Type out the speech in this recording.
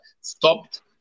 stopped